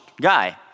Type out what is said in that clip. guy